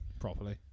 properly